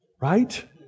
Right